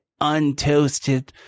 untoasted